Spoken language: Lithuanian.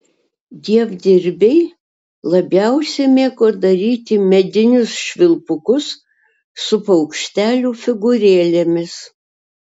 dievdirbiai labiausiai mėgo daryti medinius švilpukus su paukštelių figūrėlėmis